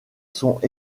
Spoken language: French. sont